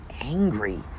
angry